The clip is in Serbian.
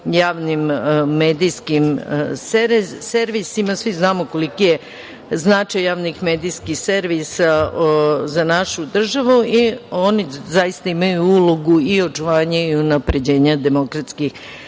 javnim medijskim servisima. Svi znamo koliki je značaj javnih medijskih servisa za našu državu i oni zaista imaju ulogu i očuvanja i unapređenja demokratskih